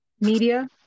media